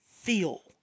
Feel